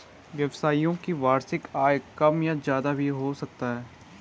व्यवसायियों का वार्षिक आय कम या ज्यादा भी हो सकता है